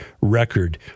record